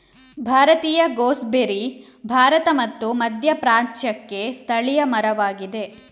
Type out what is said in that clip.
ಭಾರತೀಯ ಗೂಸ್ಬೆರ್ರಿ ಭಾರತ ಮತ್ತು ಮಧ್ಯಪ್ರಾಚ್ಯಕ್ಕೆ ಸ್ಥಳೀಯ ಮರವಾಗಿದೆ